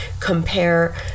compare